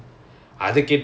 oh